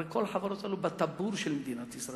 הרי כל החברות האלה הן בטבור של מדינת ישראל.